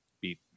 beat